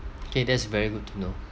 okay that's very good to know